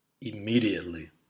immediately